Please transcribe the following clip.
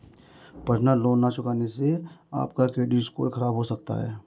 personal loan न चुकाने से आप का क्रेडिट स्कोर खराब हो सकता है